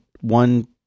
one